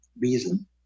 reason